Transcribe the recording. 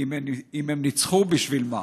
אם הם ניצחו ובשביל מה.